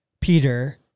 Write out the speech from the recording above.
Peter